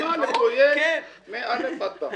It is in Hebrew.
זו דוגמה לפרויקט מאל"ף ועד תי"ו,